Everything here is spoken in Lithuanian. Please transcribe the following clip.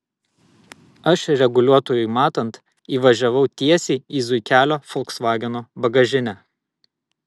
aš reguliuotojui matant įvažiavau tiesiai į zuikelio folksvageno bagažinę